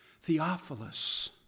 Theophilus